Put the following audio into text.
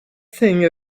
thing